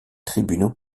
tribunaux